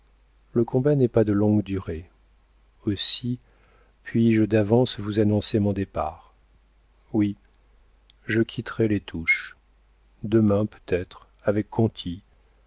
le combat n'est pas de longue durée aussi puis-je d'avance vous annoncer mon départ oui je quitterai les touches demain peut-être avec conti